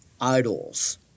idols